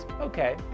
okay